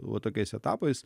va tokiais etapais